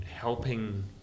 Helping